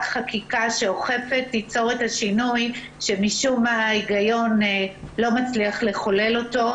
חקיקה שאוכפת תיצור את השינוי שמשום מה ההיגיון לא מצליח לחולל אותו.